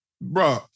bro